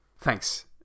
Thanks